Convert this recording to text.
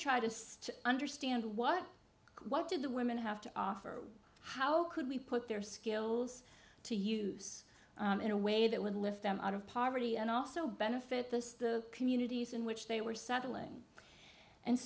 still understand what what did the women have to offer how could we put their skills to use in a way that would lift them out of poverty and also benefit the communities in which they were settling and